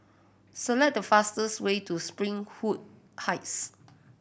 select the fastest way to Springwood Heights